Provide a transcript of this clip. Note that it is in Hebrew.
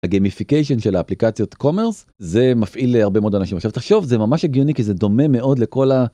הגיימיפיקיישן של האפליקציות קומרס זה מפעיל הרבה מאוד אנשים עכשיו תחשוב זה ממש הגיוני כי זה דומה מאוד לכל.